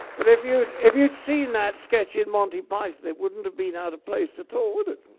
but if you'd if you'd seen that sketch in monte python, it wouldn't have been out of place at all, would it?